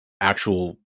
actual